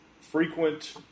frequent